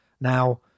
Now